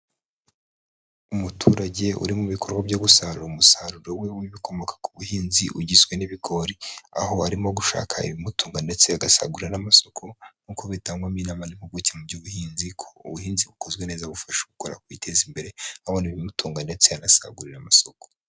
Umuturage uri mu bikorwa byo gusarura umusaruro we w'ibikomoka ku buhinzi ugizwe n'ibigori, aho arimo gushaka ibimutunga ndetse agasagurira n'amasoko, nk'uko bitangwamo inama n'impuguke mu by'ubuhinzi ko ubuhinzi bukozwe neza bufasha ubukora kwiteza imbere abona ibimutunga ndetse akanasagurira amasoko.